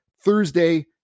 Thursday